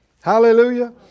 Hallelujah